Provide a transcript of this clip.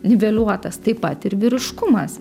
niveliuotas taip pat ir vyriškumas